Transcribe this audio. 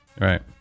Right